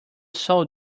sole